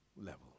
level